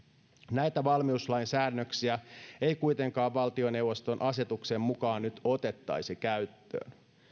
näitä valmiuslain säännöksiä ei kuitenkaan valtioneuvoston asetuksen mukaan nyt otettaisi käyttöön